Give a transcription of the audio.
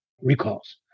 recalls